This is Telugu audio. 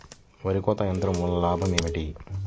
వరి కోత యంత్రం వలన లాభం ఏమిటి?